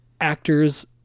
actors